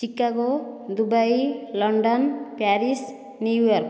Chicago Dubai London Paris New York